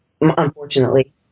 unfortunately